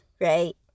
right